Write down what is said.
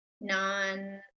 non